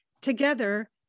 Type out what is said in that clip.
together